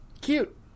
Cute